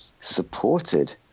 supported